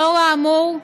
לאור האמור,